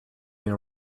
been